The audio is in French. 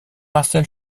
marcel